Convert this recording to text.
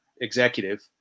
executive